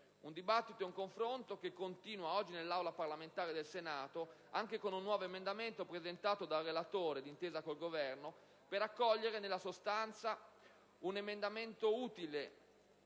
Il dibattito e il confronto continuano oggi nell'Aula parlamentare del Senato anche su un nuovo emendamento, presentato dal relatore d'intesa con il Governo, per accogliere sostanzialmente un emendamento utile